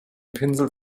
pinsel